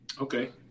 okay